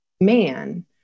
Man